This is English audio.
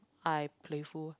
I playful